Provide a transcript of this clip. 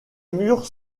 murs